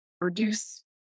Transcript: reduce